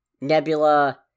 Nebula